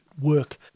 work